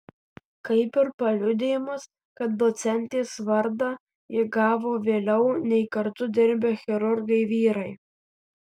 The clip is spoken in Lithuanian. kaip ir paliudijimas kad docentės vardą ji gavo vėliau nei kartu dirbę chirurgai vyrai